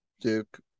Duke